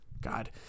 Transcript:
God